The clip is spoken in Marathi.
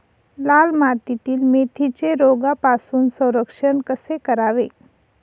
लाल मातीतील मेथीचे रोगापासून संरक्षण कसे करावे?